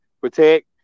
protect